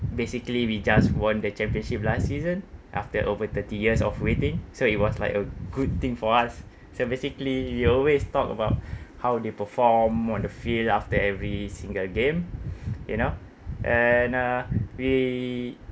basically we just won the championship last season after over thirty years of waiting so it was like a good thing for us so basically you always talk about how they perform on the field after every single game you know and uh we